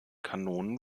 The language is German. kanonen